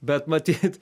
bet matyt